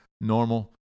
normal